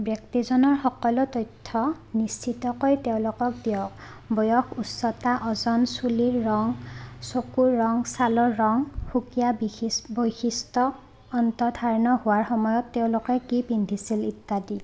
ব্যক্তিজনৰ সকলো তথ্য নিশ্চিতকৈ তেওঁলোকক দিয়ক বয়স উচ্চতা ওজন চুলিৰ ৰং চকুৰ ৰং ছালৰ ৰং সুকীয়া বিশিচ বৈশিষ্ট্য অন্তধাৰ্ন হোৱাৰ সময়ত তেওঁলোকে কি পিন্ধিছিল ইত্যাদি